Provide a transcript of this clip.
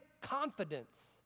confidence